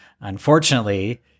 Unfortunately